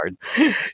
hard